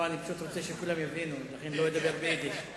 אני פשוט רוצה שכולם יבינו, לכן לא אדבר ביידיש.